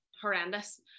horrendous